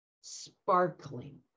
sparkling